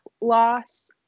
loss